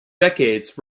decades